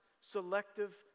selective